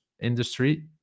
industry